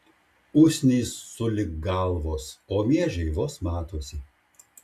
usnys sulig galvos o miežiai vos matosi